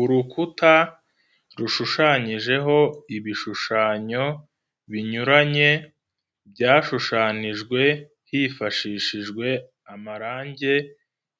Urukuta rushushanyijeho ibishushanyo binyuranye byashushanijwe hifashishijwe amarange